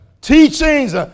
teachings